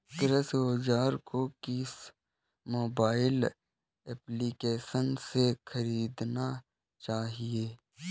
कृषि औज़ार को किस मोबाइल एप्पलीकेशन से ख़रीदना चाहिए?